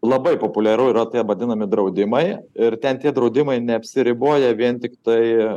labai populiaru yra tie vadinami draudimai ir ten tie draudimai neapsiriboja vien tiktai